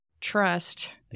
trust